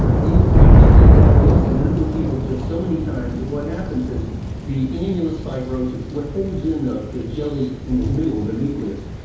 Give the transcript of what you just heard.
you have twisted that disc, an intervertebral disc, so many times that what happens is the annulus fibrosus, what holds in ah the jelly in the middle, the nucleus,